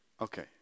Okay